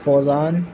Fauzan